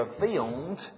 revealed